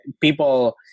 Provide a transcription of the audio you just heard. people